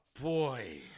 boy